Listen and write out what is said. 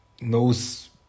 knows